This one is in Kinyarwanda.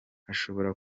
hashobora